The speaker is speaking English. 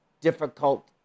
difficult